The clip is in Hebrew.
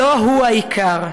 לא הוא העיקר.